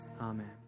Amen